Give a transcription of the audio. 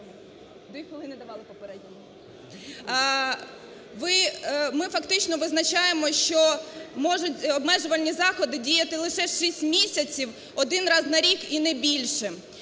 Ми фактично визначаємо, що можуть обмежувальні заходи діяти лише шість місяців один раз на рік і не більше.